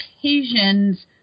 occasions